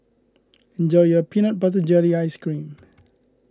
enjoy your Peanut Butter Jelly Ice Cream